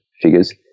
figures